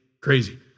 Crazy